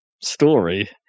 story